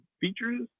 features